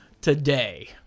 today